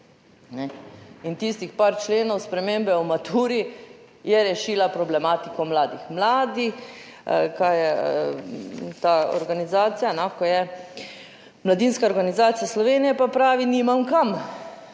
In tistih par členov spremembe o maturi je rešila problematiko mladih? Mladinska organizacija Slovenije pa pravi, nimam kam,